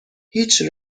هیچ